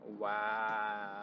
wow